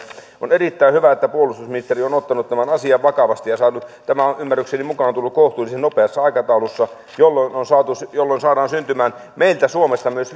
on erittäin hyvä että puolustusministeri on ottanut tämän asian vakavasti tämä on ymmärrykseni mukaan tullut kohtuullisen nopeassa aikataulussa jolloin saadaan syntymään meiltä suomesta myös